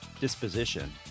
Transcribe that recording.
disposition